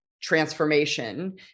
transformation